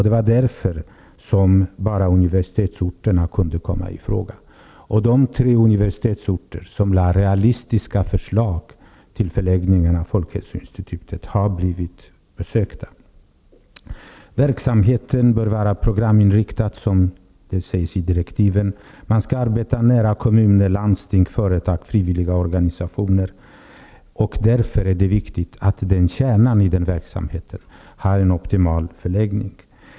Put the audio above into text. Det var därför som bara universitetsorter kunde komma i fråga. De tre universitetsorter som var realistiska för förläggning av folkhäloinstitutet besöktes. Verksamheten bör vara programinriktad, som det sägs i direktiven. Man skall arbeta nära kommuner, landsting, företag och frivilligorganisationer. Därför är det viktigt att kärnan i verksamheten har en optimal förläggning.